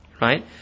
right